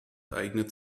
eignet